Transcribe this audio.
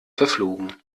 verflogen